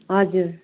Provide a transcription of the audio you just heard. हजुर